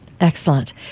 Excellent